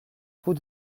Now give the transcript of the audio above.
route